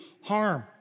harm